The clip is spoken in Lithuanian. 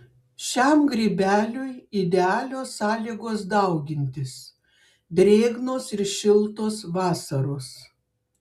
šiam grybeliui idealios sąlygos daugintis drėgnos ir šiltos vasaros